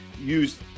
use